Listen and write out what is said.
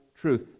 truth